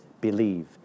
believe